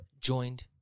joined